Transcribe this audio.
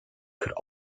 could